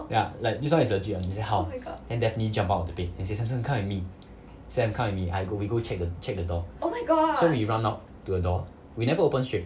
ya like this one is legit~ [one] then say how then daphne jump out of the bed then say samson come with me sam come with me I go we go check check the door so we run out to the door we never open straight